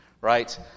right